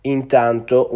Intanto